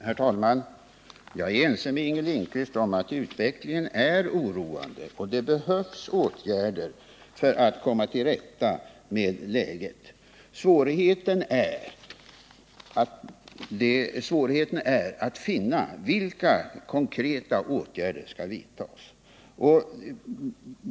Herr talman! Jag är ense med Inger Lindquist om att utvecklingen är oroande och att det behövs åtgärder för att komma till rätta med läget. Svårigheterna är att avgöra vilka konkreta åtgärder som skall vidtas.